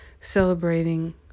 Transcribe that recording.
Celebrating